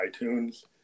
iTunes